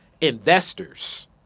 investors